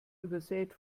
übersät